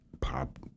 pop